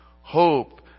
Hope